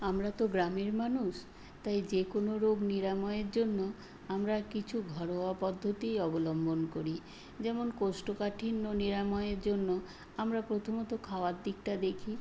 আমরা তো গ্রামের মানুষ তাই যে কোনো রোগ নিরাময়ের জন্য আমরা কিছু ঘরোয়া পদ্ধতিই অবলম্বন করি যেমন কোষ্ঠকাঠিন্য নিরাময়ের জন্য আমরা প্রথমত খাওয়ার দিকটা দেখি